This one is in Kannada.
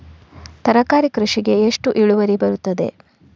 ತರಕಾರಿ ಕೃಷಿಗೆ ಎಷ್ಟು ಇಳುವರಿ ಬರುತ್ತದೆ?